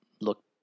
look